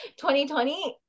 2020